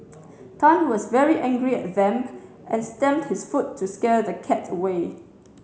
Tan was very angry at Vamp and stamped his foot to scare the cat away